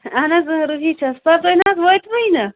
آہَن حظ ٲں روحی چھَس پَتہٕ تُہۍ نا حظ وٲتوٕے نہٕ